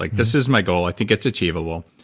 like this is my goal. i think it's achievable.